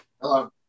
Hello